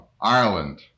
Ireland